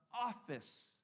office